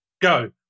go